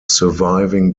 surviving